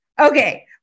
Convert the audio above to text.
Okay